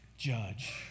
Judge